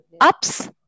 Ups